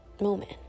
moment